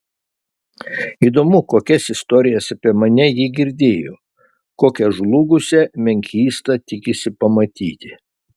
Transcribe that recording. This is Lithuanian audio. įdomu kokias istorijas apie mane ji girdėjo kokią žlugusią menkystą tikisi pamatyti